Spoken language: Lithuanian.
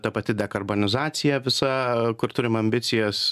ta pati dekarbonizacija visa kur turim ambicijas